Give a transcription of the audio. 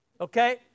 okay